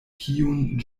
kiun